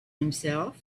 himself